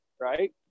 right